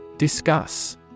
Discuss